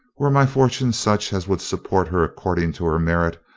were my fortune such as would support her according to her merit,